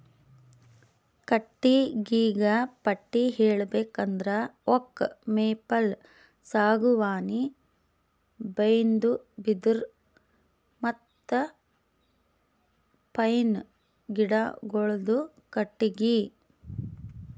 ಕಟ್ಟಿಗಿಗ ಪಟ್ಟಿ ಹೇಳ್ಬೇಕ್ ಅಂದ್ರ ಓಕ್, ಮೇಪಲ್, ಸಾಗುವಾನಿ, ಬೈನ್ದು, ಬಿದಿರ್ ಮತ್ತ್ ಪೈನ್ ಗಿಡಗೋಳುದು ಕಟ್ಟಿಗಿ